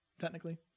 technically